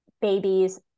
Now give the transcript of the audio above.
babies